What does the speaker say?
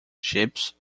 ships